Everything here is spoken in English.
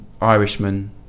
Irishman